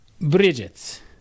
Bridget